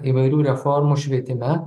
įvairių reformų švietime